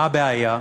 מה הבעיה?